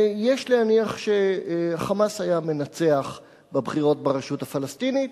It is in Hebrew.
יש להניח ש"חמאס" היה מנצח בבחירות ברשות הפלסטינית,